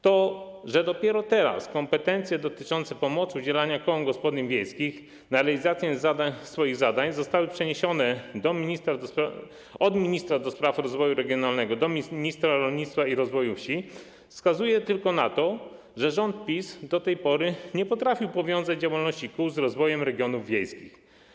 To, że dopiero teraz kompetencje dotyczące udzielania kołom gospodyń wiejskich pomocy na realizację ich zadań zostały przeniesione od ministra do spraw rozwoju regionalnego do ministra rolnictwa i rozwoju wsi, wskazuje tylko na to, że rząd PiS do tej pory nie potrafił powiązać działalności kół z rozwojem regionów wiejskich.